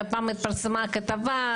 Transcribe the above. פעם התפרסמה כתבה,